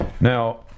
now